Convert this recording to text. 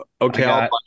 Okay